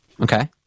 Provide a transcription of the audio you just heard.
Okay